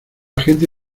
gente